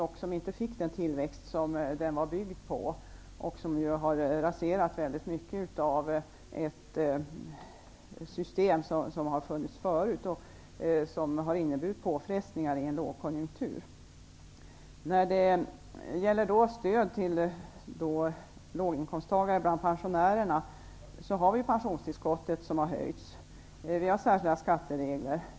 Vi fick inte den tillväxt som den var byggd på. Det har raserat mycket av det system som funnits förut. Det har inneburit påfrestningar i en lågkonjunktur. När det gäller stöd till låginkomsttagare bland pensionärerna har pensionstillskottet höjts. Det finns särskilda skatteregler.